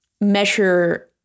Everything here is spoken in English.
measure